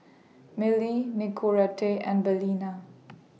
Mili Nicorette and Balina